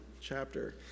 chapter